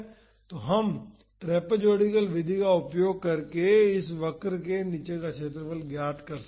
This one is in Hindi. तो हम ट्रॅपेजोइडल विधि का उपयोग करके इस वक्र के नीचे का क्षेत्रफल ज्ञात कर सकते हैं